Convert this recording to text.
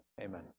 Amen